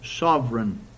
Sovereign